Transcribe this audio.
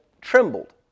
trembled